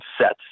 sets